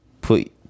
put